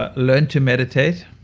ah learn to meditate